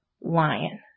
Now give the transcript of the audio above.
lion